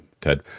Ted